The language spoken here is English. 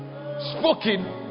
spoken